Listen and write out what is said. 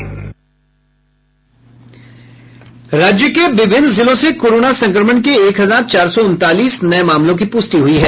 राज्य के विभिन्न जिलों से कोरोना संक्रमण के एक हजार चार सौ उनतालीस नये मामलों की पुष्टि हुई है